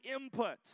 input